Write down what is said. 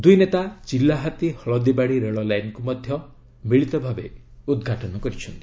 ଦୁଇ ନେତା ଚିଲାହାତୀ ହଳଦୀବାଡ଼ି ରେଳ ଲାଇନ୍କୁ ମଧ୍ୟ ମିଳିତ ଭାବେ ଉଦ୍ଘାଟନ କରିଛନ୍ତି